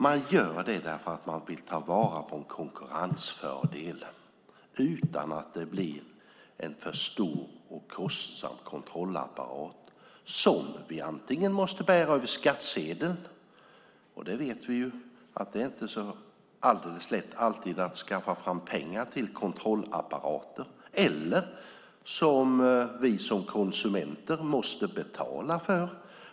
Man vill ta vara på en konkurrensfördel utan att det blir en för stor och kostsam kontrollapparat, som vi antingen måste bära över skattsedeln - vi vet att det inte alltid är så alldeles lätt att skaffa fram pengar till kontrollapparater - eller som konsumenter måste betala för.